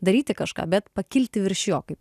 daryti kažką bet pakilti virš jo kaip